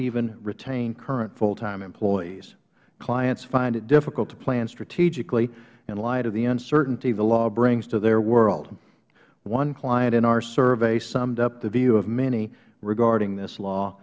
even retain current full time employees clients find it difficult to plan strategically in light of the uncertainty the law brings to their world one client in our survey summed up the view of many regarding this law